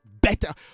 better